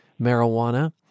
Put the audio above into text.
marijuana